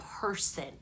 person